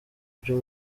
byo